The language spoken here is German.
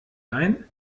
ein